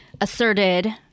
asserted